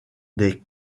des